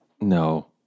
No